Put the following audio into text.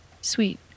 sweet